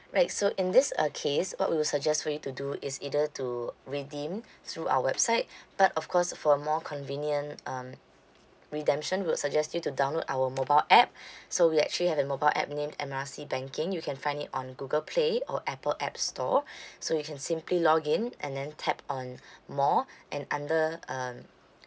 right so in this uh case what we will suggest for you to do is either to redeem through our website but of course for more convenient um redemption we would suggest you to download our mobile app so we actually have a mobile app named M R C banking you can find it on google play or apple app store so you can simply login and then tap on more and under um